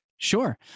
Sure